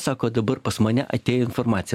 sako dabar pas mane atėjo informacija